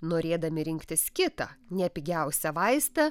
norėdami rinktis kitą ne pigiausią vaistą